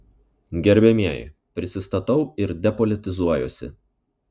gerbiamieji prisistatau ir depolitizuojuosi